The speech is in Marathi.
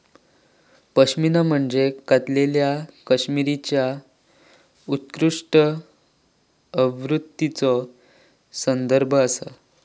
पश्मिना म्हणजे कातलेल्या कश्मीरीच्या उत्कृष्ट आवृत्तीचो संदर्भ आसा